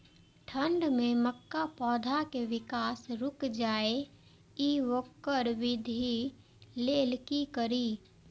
ठंढ में मक्का पौधा के विकास रूक जाय इ वोकर वृद्धि लेल कि करी?